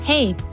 Hey